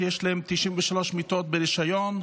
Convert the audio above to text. שיש להם 93 מיטות ברישיון,